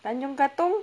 tanjong katong